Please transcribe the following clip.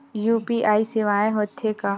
UPI सेवाएं हो थे का?